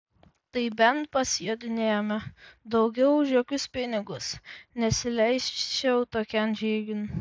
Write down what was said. tai bent pasijodinėjome daugiau už jokius pinigus nesileisčiau tokian žygin